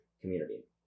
community